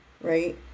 right